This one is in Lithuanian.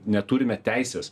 neturime teisės